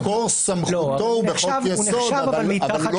לא, הוא נחשב אבל מתחת לחוק.